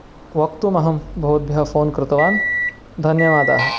वक्तुमहं भवद्भ्यः फ़ोन् कृतवान् धन्यवादाः